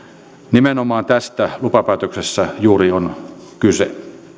nimenomaan tästä lupapäätöksessä juuri on kyse